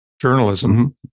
journalism